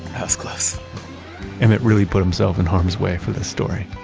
that's close emmett really put himself in harm's way for this story